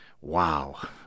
wow